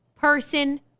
person